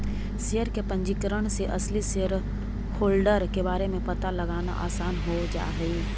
share के पंजीकरण से असली शेयरहोल्डर के बारे में पता लगाना आसान हो जा हई